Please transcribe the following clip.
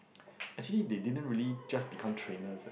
actually they didn't really just become trainers